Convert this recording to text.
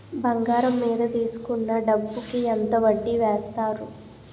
బంగారం మీద తీసుకున్న డబ్బు కి ఎంత వడ్డీ వేస్తారు?